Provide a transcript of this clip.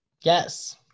Yes